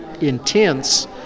intense